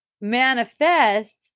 manifest